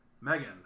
Megan